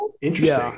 interesting